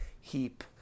heap